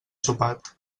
sopat